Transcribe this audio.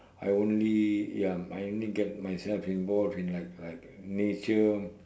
I only ya I only get myself involve in like like nature